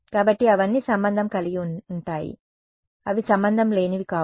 కాబట్టి అవన్నీ సంబంధం కలిగి ఉంటాయి అవి సంబంధం లేనివి కావు